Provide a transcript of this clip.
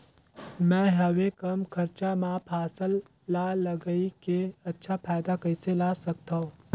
मैं हवे कम खरचा मा फसल ला लगई के अच्छा फायदा कइसे ला सकथव?